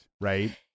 right